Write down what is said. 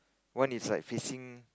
one is like facing